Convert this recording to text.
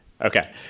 Okay